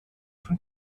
von